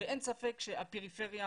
אין ספק שהפריפריה